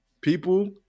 people